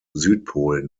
südpol